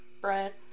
bread